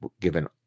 given